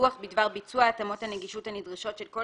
דיווח בדבר התקדמות ביצוע התאמות הנגישות הנדרשות של כל